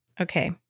Okay